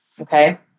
Okay